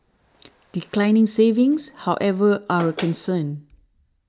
declining savings however are a concern